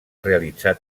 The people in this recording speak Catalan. realitzar